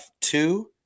two